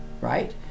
right